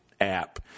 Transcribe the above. app